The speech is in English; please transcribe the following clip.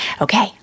Okay